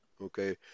Okay